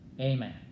Amen